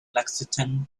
lexington